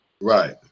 Right